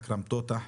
אכרם תותאח,